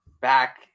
back